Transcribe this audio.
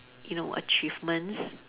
you know achievements